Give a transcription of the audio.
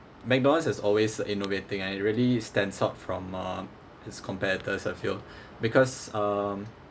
mcdonald's is always innovating and it really stands out from uh his competitors I feel because um